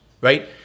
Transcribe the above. Right